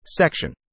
Section